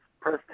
press